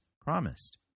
promised